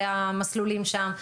והמסלולים שם,